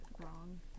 wrong